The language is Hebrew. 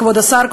כבוד השר,